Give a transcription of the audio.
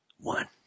one